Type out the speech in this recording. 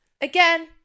Again